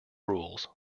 rules